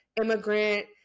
Immigrant